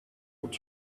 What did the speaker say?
ought